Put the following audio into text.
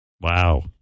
Wow